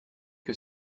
que